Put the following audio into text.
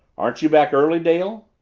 aren't you back early, dale?